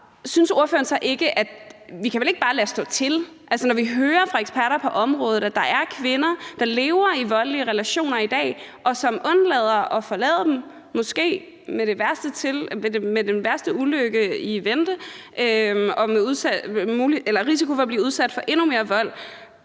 synes ordføreren så ikke, at vi ikke bare kan lade stå til? Når vi hører fra eksperter på området, at der er kvinder, der lever i voldelige relationer i dag, og som undlader at forlade deres ægtefælle og måske har den værste ulykke i vente og har risiko for at blive udsat for endnu mere vold,